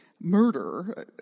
murder